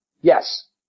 Yes